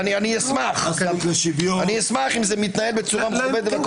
אשמח אם זה מתנהל בצורה מכובדת.